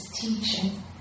teaching